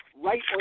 right